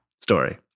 Story